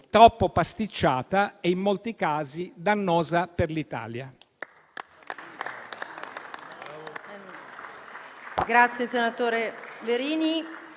troppo pasticciata e, in molti casi, dannosa per l'Italia.